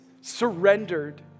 surrendered